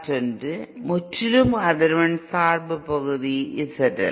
மற்றொன்று முற்றிலும் அதிர்வெண் சார்பு பகுதி ZL